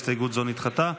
הסתייגות זו נדחתה.